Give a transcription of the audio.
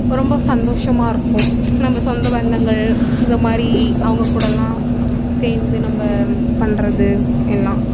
ரொம்போ சந்தோஷமாக இருக்கும் நம்ம சொந்த பந்தங்கள் இந்த மாதிரி அவங்கக்கூடலாம் சேர்ந்து நம்ப பண்ணுறது எல்லாம்